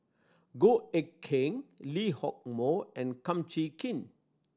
Goh Eck Kheng Lee Hock Moh and Kum Chee Kin